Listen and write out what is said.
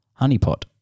Honeypot